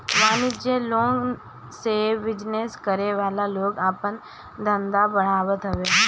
वाणिज्यिक लोन से बिजनेस करे वाला लोग आपन धंधा बढ़ावत हवे